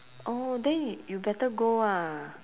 orh then y~ you better go ah